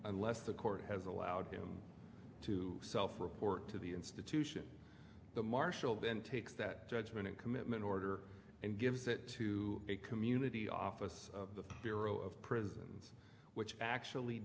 unless the court has allowed him to self report to the institution the marshal then takes that judgment and commitment order and gives it to a community office of the bureau of prisons which actually